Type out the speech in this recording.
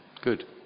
Good